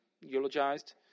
eulogized